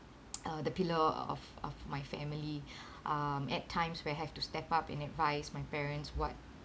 uh the pillar of of my family um at times where I have to step up and advise my parents what